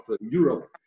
Europe